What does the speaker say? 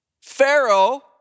Pharaoh